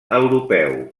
europeu